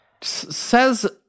says